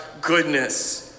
goodness